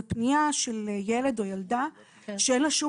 זו פנייה של ילד או ילדה שאין לה שום